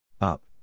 Up